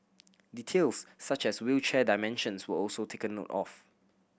details such as wheelchair dimensions were also taken note of